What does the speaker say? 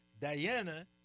Diana